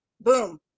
boom